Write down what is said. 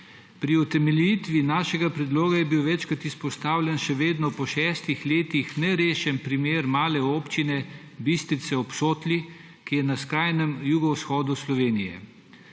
Pri utemeljitvi našega predloga je bil večkrat izpostavljen še vedno po šestih letih nerešen problem male občine Bistrice ob Sotli, ki je na skrajnem jugovzhodu Slovenije.